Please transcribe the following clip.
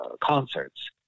concerts